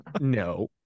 No